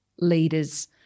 leaders